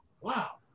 wow